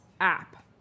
app